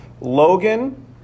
Logan